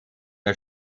der